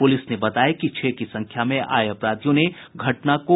police ने बताया कि छह की संख्या में आये अपराधियों ने घटना को अंजाम दिया